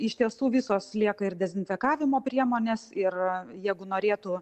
iš tiesų visos lieka ir dezinfekavimo priemonės ir jeigu norėtų